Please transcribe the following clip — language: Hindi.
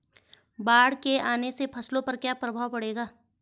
बाढ़ के आने से फसलों पर क्या प्रभाव पड़ेगा?